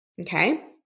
okay